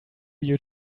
you